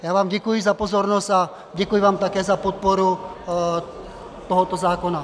Já vám děkuji za pozornost a děkuji vám také za podporu tohoto zákona.